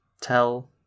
tell